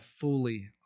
fully